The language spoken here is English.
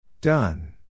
Done